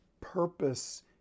purpose